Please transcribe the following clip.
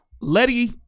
Letty